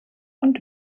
und